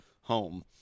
home